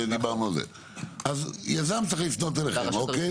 אז יזם צריך לפנות אליכם, אוקיי?